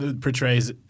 portrays